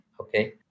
okay